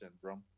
syndrome